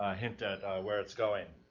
ah hint at where it's going.